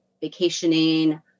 vacationing